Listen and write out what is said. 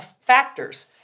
factors